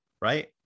right